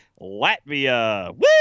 Latvia